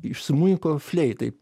iš smuiko fleitai